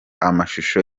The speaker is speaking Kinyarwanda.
amashusho